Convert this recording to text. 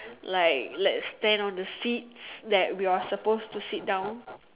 like like stand on the seats that we are supposed to sit down